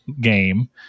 game